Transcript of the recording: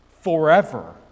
forever